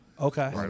Okay